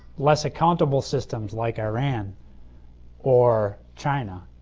less accountable systems like iran or china,